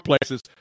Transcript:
places